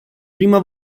prima